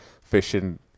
fishing